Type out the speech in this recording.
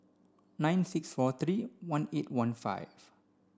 nine six four three one eight one five